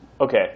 Okay